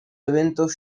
eventos